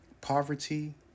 Poverty